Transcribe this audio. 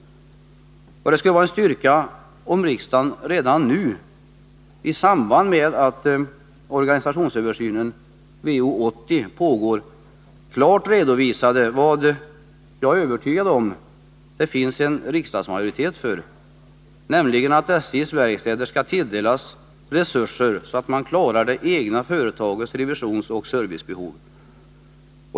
Det skulle vara en styrka om riksdagen redan nu, i samband med att organisationsöversynen VO 80 pågår, klart redovisade vad jag är övertygad om att det finns en riksdagsmajoritet för, nämligen att SJ:s verkstäder behöver sådana resurser att man klarar det egna företagets revisionsoch servicebehov.